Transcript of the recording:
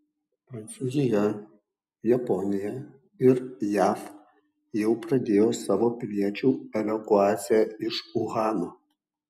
prancūzija japonija ir jav jau pradėjo savo piliečių evakuaciją iš uhano